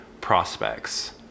prospects